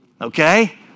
Okay